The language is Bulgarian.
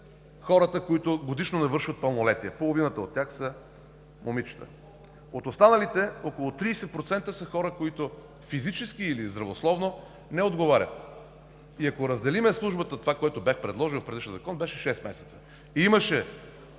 хората, които годишно навършват пълнолетие. Половината от тях са момичета. От останалите около 30% са хора, които физически или здравословно не отговарят. Ако разделим службата – това, което бях предложил в предишен закон – беше шест месеца. Точно